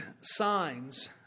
signs